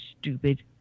stupid